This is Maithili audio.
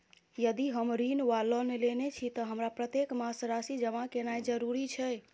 यदि हम ऋण वा लोन लेने छी तऽ हमरा प्रत्येक मास राशि जमा केनैय जरूरी छै?